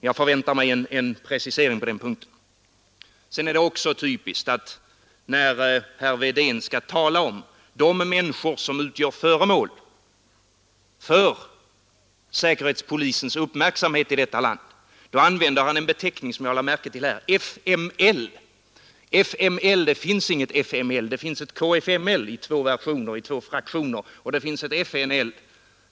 Jag förväntar mig en precisering på den punkten Sedan är det typiskt att när herr Wedén skall tala om de människor som utgör föremål för säkerhetspolisens uppmärksamhet i detta land använder han beteckningen fml. Det finns inget fml; det finns ett kfml i två fraktioner och det finns ett FNL.